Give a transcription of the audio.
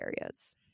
areas